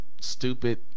stupid